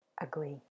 Agree